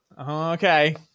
Okay